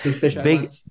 Big